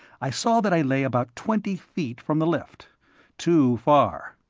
i saw that i lay about twenty feet from the lift too far.